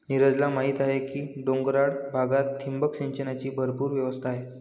नीरजला माहीत आहे की डोंगराळ भागात ठिबक सिंचनाची भरपूर व्यवस्था आहे